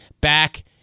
back